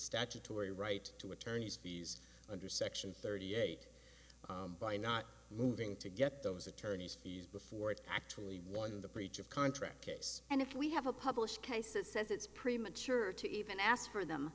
statutory right to attorneys fees under section thirty eight by not moving to get those attorneys fees before it actually won the breach of contract case and if we have a published case it says it's premature to even ask for them